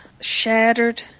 Shattered